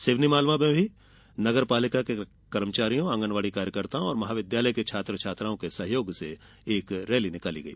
सिवनीमालवा में नगर पालिका के कर्मचारियों आंगनवाड़ी कार्यकर्ताओं और महाविद्यालय के छात्र छात्राओं के सहयोग से एक रैली निकाली गई